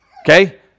Okay